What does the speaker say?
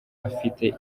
afite